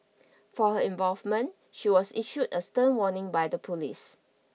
for her involvement she was issued a stern warning by the police